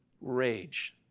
rage